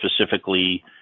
specifically